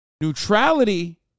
Neutrality